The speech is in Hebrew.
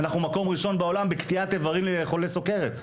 אנחנו מקום ראשון בעולם בקטיעת איברים לחולי סוכרת.